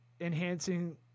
enhancing